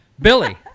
billy